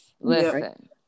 Listen